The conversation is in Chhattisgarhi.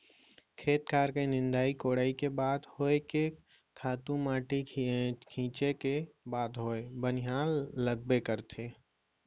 खेत खार के निंदई कोड़ई के बात होय के खातू माटी छींचे के बात होवय बनिहार लगबे करथे